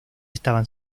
estaban